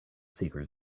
seekers